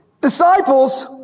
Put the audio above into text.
disciples